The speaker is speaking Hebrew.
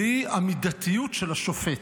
והיא המידתיות של השופט.